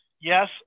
yes